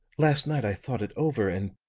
last night i thought it over, and